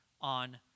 on